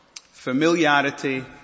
Familiarity